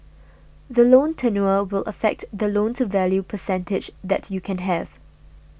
the loan tenure will affect the loan to value percentage that you can have